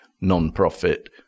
non-profit